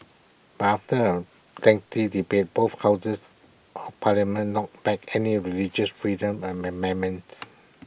but after A lengthy debate both houses of parliament knocked back any religious freedom and amendments